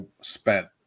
spent